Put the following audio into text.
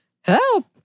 Help